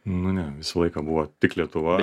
nu ne visą laiką buvo tik lietuva